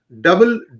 double